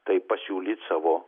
tai pasiūlyt savo